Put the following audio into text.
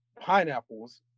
Pineapples